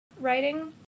writing